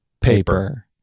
paper